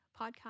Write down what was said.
podcast